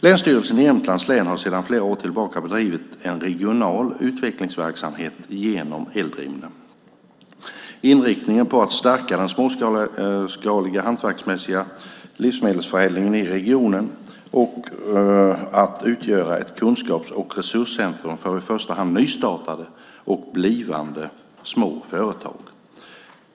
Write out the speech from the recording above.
Länsstyrelsen i Jämtlands län har sedan flera år tillbaka bedrivit en regional utvecklingsverksamhet genom Eldrimner, inriktad på att stärka den småskaliga hantverksmässiga livsmedelsförädlingen i regionen och att utgöra ett kunskaps och resurscentrum för i första hand nystartade och blivande små företag.